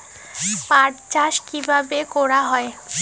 পাট চাষ কীভাবে করা হয়?